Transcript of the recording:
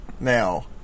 now